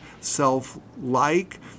self-like